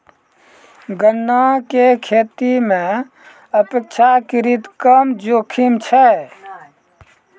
गन्ना के खेती मॅ अपेक्षाकृत कम जोखिम छै